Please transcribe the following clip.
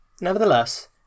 Nevertheless